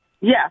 Yes